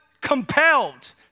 compelled